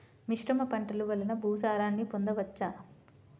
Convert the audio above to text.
మిశ్రమ పంటలు వలన భూసారాన్ని పొందవచ్చా?